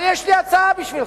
אבל יש לי הצעה בשבילך,